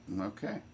Okay